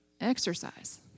exercise